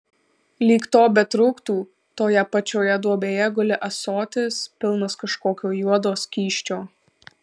lyg to betrūktų toje pačioje duobėje guli ąsotis pilnas kažkokio juodo skysčio